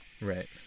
Right